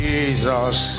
Jesus